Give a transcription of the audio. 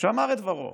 שאמר את דברו